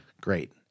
Great